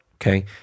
okay